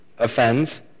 offends